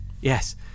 Yes